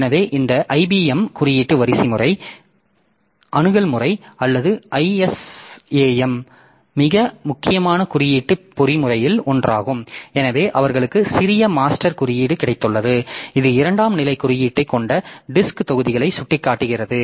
எனவே இந்த ஐபிஎம் குறியீட்டு வரிசைமுறை அணுகல் முறை அல்லது ஐஎஸ்ஏஎம் மிக முக்கியமான குறியீட்டு பொறிமுறையில் ஒன்றாகும் எனவே அவர்களுக்கு சிறிய மாஸ்டர் குறியீடு கிடைத்துள்ளது இது இரண்டாம் நிலை குறியீட்டைக் கொண்ட டிஸ்க் தொகுதிகளை சுட்டிக்காட்டுகிறது